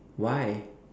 why